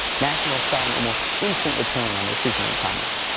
national saw an almost instant return on their superman comics.